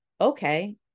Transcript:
okay